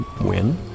win